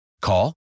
Call